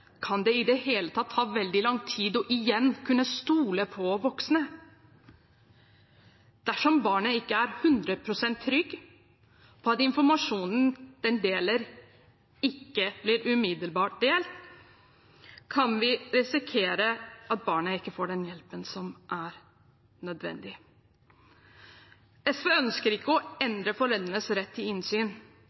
kan det i det hele tatt ta veldig lang tid igjen å kunne stole på voksne. Dersom barnet ikke er 100 pst. trygg på at informasjonen det deler, ikke blir umiddelbart delt, kan vi risikere at barnet ikke får den hjelpen som er nødvendig. SV ønsker ikke å endre foreldrenes rett til innsyn.